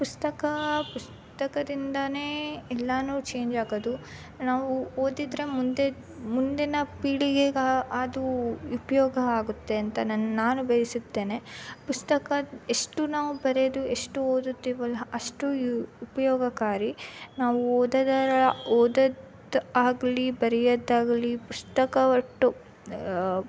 ಪುಸ್ತಕ ಪುಸ್ತಕದಿಂದಾನೇ ಎಲ್ಲಾನು ಚೇಂಜ್ ಆಗೋದು ನಾವು ಓದಿದರೆ ಮುಂದೆ ಮುಂದಿನ ಪೀಳಿಗೆಗೆ ಅದು ಉಪಯೋಗ ಆಗುತ್ತೆ ಅಂತ ನನ್ ನಾನು ಬಯಸುತ್ತೇನೆ ಪುಸ್ತಕ ಎಷ್ಟು ನಾವು ಬರೆದು ಎಷ್ಟು ಓದುತ್ತೀವಲ್ಲ ಅಷ್ಟು ಉಪಯೋಗಕಾರಿ ನಾವು ಓದದರ ಓದೋದು ಆಗಲಿ ಬರೆಯೋದಾಗಲಿ ಪುಸ್ತಕ ಒಟ್ಟು